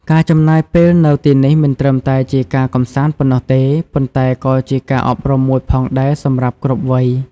ការចំណាយពេលនៅទីនេះមិនត្រឹមតែជាការកម្សាន្តប៉ុណ្ណោះទេ ប៉ុន្តែក៏ជាការអប់រំមួយផងដែរសម្រាប់គ្រប់វ័យ។